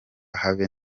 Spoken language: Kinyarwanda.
habe